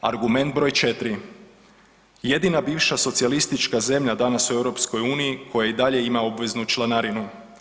Argument broj 4. Jedina bivša socijalistička zemlja danas u EU koja i dalje ima obveznu članarinu.